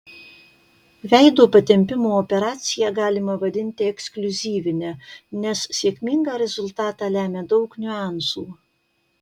veido patempimo operaciją galima vadinti ekskliuzyvine nes sėkmingą rezultatą lemia daug niuansų